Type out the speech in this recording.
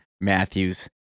Matthews